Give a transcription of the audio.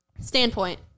standpoint